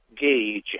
gauge